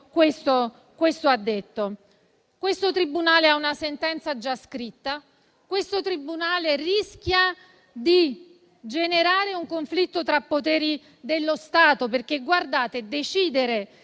discorso questo ha detto. Questo tribunale ha una sentenza già scritta; questo tribunale rischia di generare un conflitto tra poteri dello Stato, perché decidere